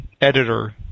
editor